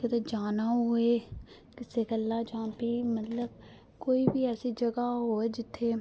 कुतै जाना होऐ किसै गल्ला जां फ्ही मतलब कोई बीऐसी जगह होऐ जित्थै